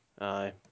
Aye